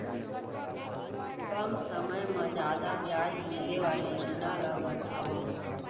कम समय मा जादा ब्याज मिले वाले योजना ला बतावव